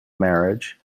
marriage